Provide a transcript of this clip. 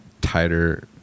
tighter